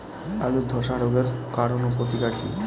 আলুর ধসা রোগের কারণ ও প্রতিকার কি?